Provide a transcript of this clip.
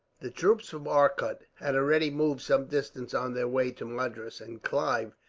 the troops from arcot had already moved some distance on their way to madras, and clive,